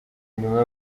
nyuma